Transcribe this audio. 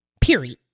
period